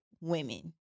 women